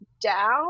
down